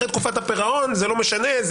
אחרי תקופת הפירעון זה לא משנה,